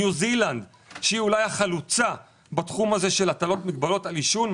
ניו זילנד שהיא אולי החלוצה בתחום הזה של הטלת מגבלות על עישון,